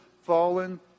fallen